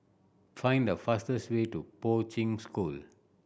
find the fastest way to Poi Ching School